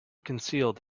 concealed